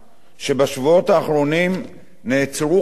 שבשבועות האחרונים נעצרו חשודים,